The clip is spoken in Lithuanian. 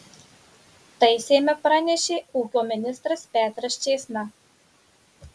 tai seime pranešė ūkio ministras petras čėsna